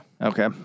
Okay